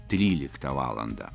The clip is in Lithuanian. tryliktą valandą